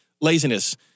laziness